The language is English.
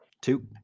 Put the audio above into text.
Two